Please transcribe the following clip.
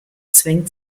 zwängt